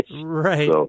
right